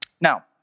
Now